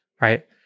right